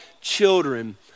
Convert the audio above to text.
children